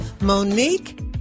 monique